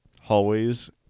hallways